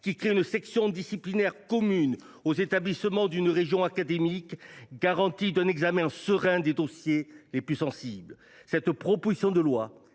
à créer une section disciplinaire commune aux établissements d’une région académique. J’y vois la garantie d’un examen serein des dossiers les plus sensibles. Cette proposition de loi